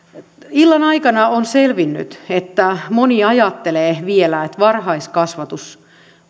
illan aikana on selvinnyt että moni ajattelee vielä että varhaiskasvatus